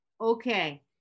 Okay